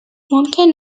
ممکن